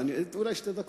אולי שתי דקות?